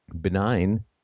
benign